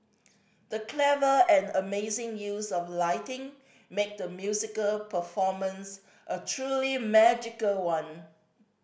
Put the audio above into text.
the clever and amazing use of lighting made the musical performance a truly magical one